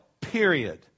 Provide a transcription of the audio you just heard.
period